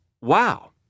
wow